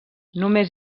només